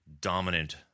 dominant